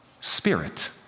spirit